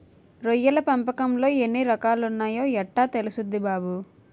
రొయ్యల పెంపకంలో ఎన్ని రకాలున్నాయో యెట్టా తెల్సుద్ది బాబూ?